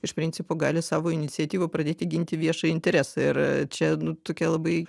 iš principo gali savo iniciatyva pradėti ginti viešąjį interesą ir čia nu tokia labai